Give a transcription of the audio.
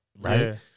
Right